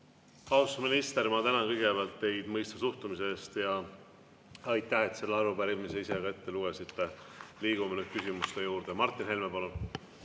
minister, ma tänan kõigepealt teid mõistva suhtumise eest! Ja aitäh, et selle arupärimise ise ette lugesite! Liigume nüüd küsimuste juurde. Martin Helme, palun!